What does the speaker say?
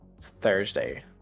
Thursday